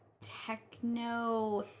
techno